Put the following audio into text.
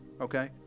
Okay